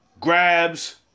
grabs